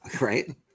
Right